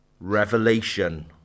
Revelation